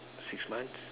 six months